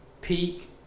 peak